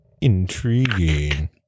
Intriguing